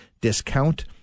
discount